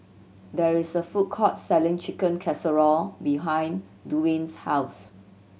there is a food court selling Chicken Casserole behind Duwayne's house